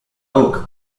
oak